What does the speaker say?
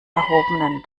erhobenen